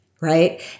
right